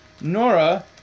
Nora